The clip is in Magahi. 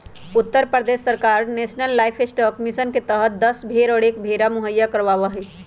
उत्तर प्रदेश सरकार नेशलन लाइफस्टॉक मिशन के तहद दस भेंड़ और एक भेंड़ा मुहैया करवावा हई